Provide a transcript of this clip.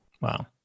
Wow